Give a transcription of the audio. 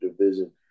division